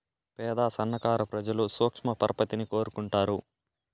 పేద సన్నకారు ప్రజలు సూక్ష్మ పరపతిని కోరుకుంటారు